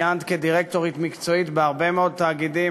כיהנת כדירקטורית מקצועית בהרבה מאוד תאגידים,